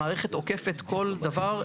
במערכת עוקפת כל דבר,